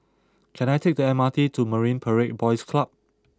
can I take the M R T to Marine Parade Boys Club